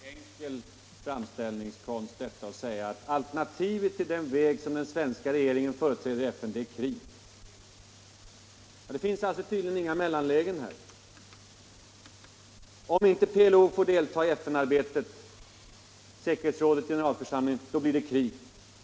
Herr talman! Det är väl en alltför enkel framställning att säga, att alternativet till den väg som den svenska regeringen företräder i FN är krig. Då finns det tydligen här inga mellanlägen. Om inte PLO får delta i FN-arbetet, säkerhetsrådet och generalförsamlingen, så blir det krig, menar utrikesministern.